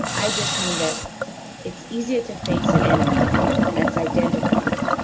i just mean that it's easier to face an enemy that's identified,